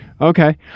Okay